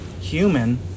human